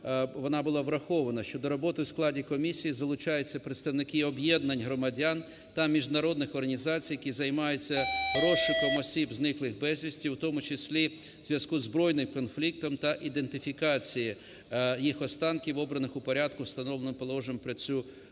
вона була врахована, що до роботи в складі комісії залучаються представники об'єднань громадян та міжнародних організацій, які займаються розшуком осіб, зниклих безвісти, в тому числі у зв'язку зі збройним конфліктом та ідентифікацією їх останків, обраних у порядку, встановленому положенням про цю комісію.